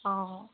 অঁ